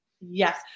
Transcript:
yes